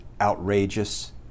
outrageous